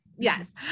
Yes